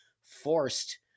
forced